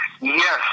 Yes